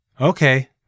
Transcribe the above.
Okay